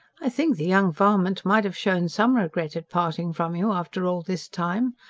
i think the young varmint might have shown some regret at parting from you, after all this time,